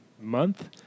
month